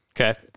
Okay